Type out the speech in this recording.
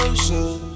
ocean